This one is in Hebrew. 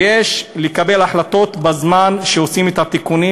ויש לקבל החלטות בזמן שעושים את התיקונים,